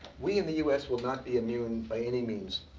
we in the us will not be immune, by any means,